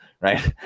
Right